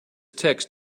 text